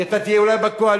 כי אתה תהיה אולי בקואליציה,